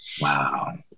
Wow